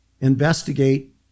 investigate